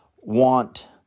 want